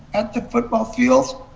at the football field,